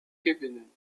gewinnen